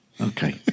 Okay